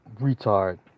retard